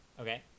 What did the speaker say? Okay